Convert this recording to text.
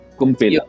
kumpil